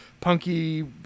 Punky